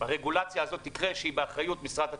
הרגולציה הזאת שהיא באחריות משרד התקשורת,